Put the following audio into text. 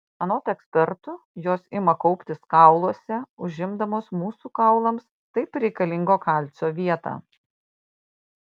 anot ekspertų jos ima kauptis kauluose užimdamos mūsų kaulams taip reikalingo kalcio vietą